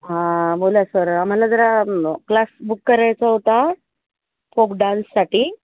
हां बोला सर आम्हाला जरा क्लास बुक करायचा होता फोक डान्ससाठी